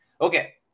Okay